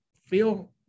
feel